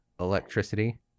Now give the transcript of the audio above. electricity